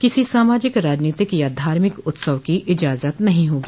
किसी सामाजिक राजनीतिक या धार्मिक उत्सव की इजाजत नहीं होगी